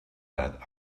that